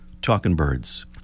talkingbirds